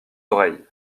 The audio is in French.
oreilles